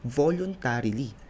voluntarily